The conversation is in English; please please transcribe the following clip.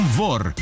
vor